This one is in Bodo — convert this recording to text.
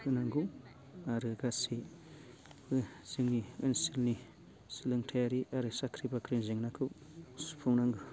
होनांगौ आरो गासैबो जोंनि ओनसोलनि सोलोंथायारि आरो साख्रि बाख्रि जेंनाखौ सुफुंनांगौ